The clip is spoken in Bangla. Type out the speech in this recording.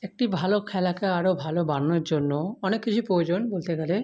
একটি ভালো খেলাকে আরো ভালো বানানোর জন্য অনেক কিছুই প্রয়োজন বলতে গ্যালে